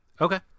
Okay